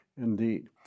indeed